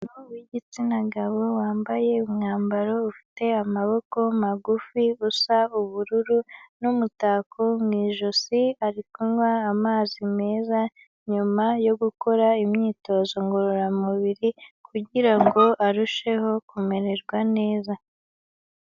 Umuntu w'igitsina gabo wambaye umwambaro ufite amaboko magufi usa ubururu, n'umutako mu ijosi, ari kunywa amazi meza, nyuma yo gukora imyitozo ngororamubiri kugirango arusheho kumererwa neza.